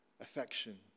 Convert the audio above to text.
affection